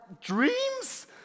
dreams